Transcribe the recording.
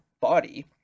body